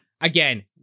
again